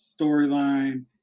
storyline